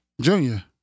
Junior